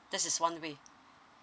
there's one with